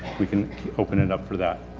we can open it up for that.